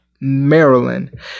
Maryland